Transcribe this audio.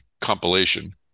compilation